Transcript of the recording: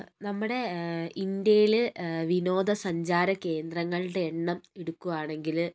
നമ്മുടെ ഇന്ത്യയിൽ വിനോദ സഞ്ചാര കേന്ദ്രങ്ങളുടെ എണ്ണം എടുക്കുവാണെങ്കിൽ